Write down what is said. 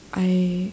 I